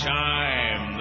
time